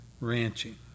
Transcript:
ranching